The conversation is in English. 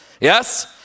Yes